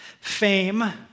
fame